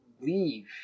leave